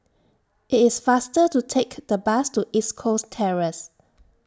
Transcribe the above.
IT IS faster to Take The Bus to East Coast Terrace